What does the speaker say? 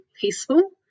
peaceful